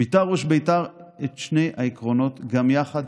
ביטא ראש בית"ר את שני העקרונות גם יחד